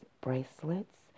bracelets